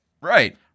Right